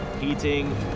heating